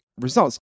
results